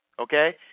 Okay